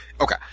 Okay